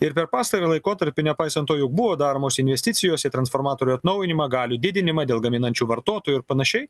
ir per pastarąjį laikotarpį nepaisant to jau buvo daromos investicijos į transformatorių atnaujinimą galių didinimą dėl gaminančių vartotojų ir panašiai